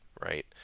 right